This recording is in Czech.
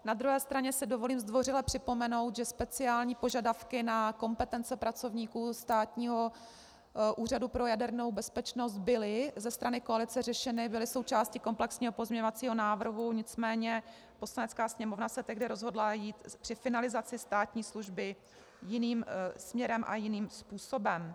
Na druhé straně si dovolím zdvořile připomenout, že speciální požadavky na kompetence pracovníků Státního úřadu pro jadernou bezpečnost byly ze strany koalice řešeny, byly součástí komplexního pozměňovacího návrhu, nicméně Poslanecká sněmovna se tehdy rozhodla jít při finalizaci státní služby jiným směrem a jiným způsobem.